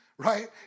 Right